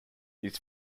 his